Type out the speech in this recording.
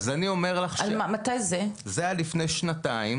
אז אני אומר לך, זה היה לפני שנתיים.